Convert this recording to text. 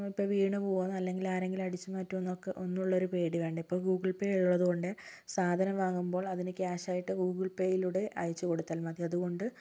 ഇപ്പം വീണുപോകുമെന്നോ അല്ലെങ്കിൽ ആരെങ്കിലും അടിച്ചു മാറ്റുമെന്നൊക്കെ എന്നുള്ള ഒരു പേടി വേണ്ട ഇപ്പം ഗൂഗിൾ പേ ഉള്ളത് കൊണ്ട് സാധനം വാങ്ങുമ്പോൾ അതിന് ക്യാഷ് ആയിട്ട് ഗൂഗിൾ പേയിലൂടെ അയച്ചുകൊടുത്താൽ മതി അതുകൊണ്ട്